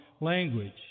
language